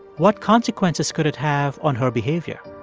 what consequences could it have on her behavior?